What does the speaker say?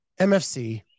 MFC